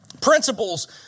principles